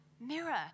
mirror